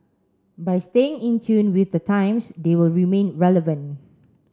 by staying in tune with the times they will remain relevant